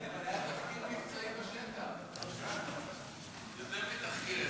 אבל היה תחקיר מבצעי בשטח, יותר מתחקיר אחד.